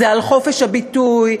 זה על חופש הביטוי,